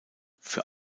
für